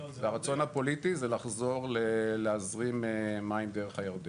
והרצון הפוליטי זה לחזור להזרים מים דרך הירדן.